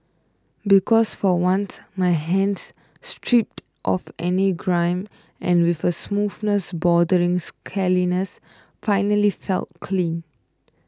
because for once my hands stripped of any grime and with a smoothness bordering scaliness finally felt clean